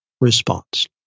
response